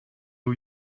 who